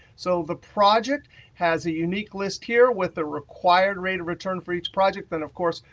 so the project has a unique list here with the required rate of return for each project. then of course,